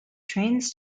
trains